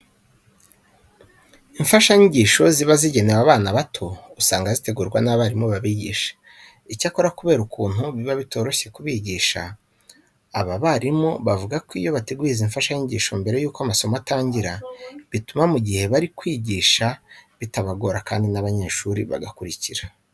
Imfashanyigisho ziba zigenewe abana bato usanga zitegurwa n'abarimu babigisha. Icyakora kubera ukuntu biba bitoroshye kubigisha, aba barimu bavuga ko iyo bateguye izi mfashanyigisho mbere yuko amasomo atangira bituma mu gihe bari kwigisha bitabagora kandi n'abanyeshuri bagakurikira.